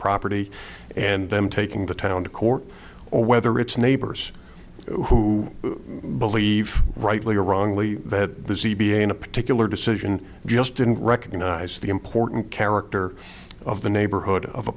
property and them taking the town to court or whether it's neighbors who believe rightly or wrongly that the z b in a particular decision just didn't recognize the important character of the neighborhood of a